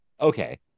okay